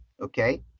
Okay